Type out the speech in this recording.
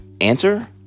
Answer